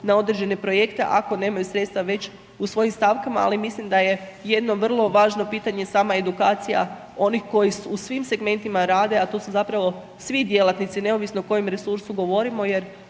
na određene projekte ako nemaju sredstva već u svojim stavkama, ali mislim da je jedno vrlo važno pitanje, sama edukacija, onih koji u svim segmentima rade, a to su zapravo svi djelatnici, neovisno o kojem resursu govorimo, jer